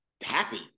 happy